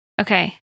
Okay